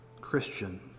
Christian